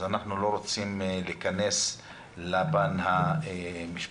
אז אנחנו לא רוצים להיכנס לפן המשפטי.